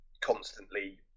constantly